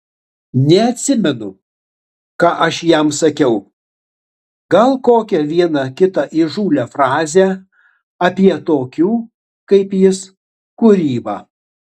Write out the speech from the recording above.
neatsimenu ką aš jam sakiau gal kokią vieną kitą įžūlią frazę apie tokių kaip jis kūrybą